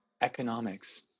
Economics